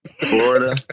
Florida